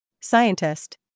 Scientist